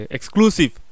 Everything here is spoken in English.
Exclusive